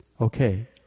Okay